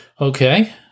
Okay